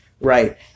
right